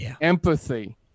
Empathy